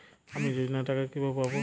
আমি যোজনার টাকা কিভাবে পাবো?